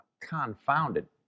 confounded